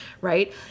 right